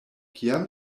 kiam